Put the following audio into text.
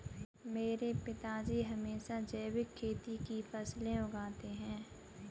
मेरे पिताजी हमेशा जैविक खेती की फसलें उगाते हैं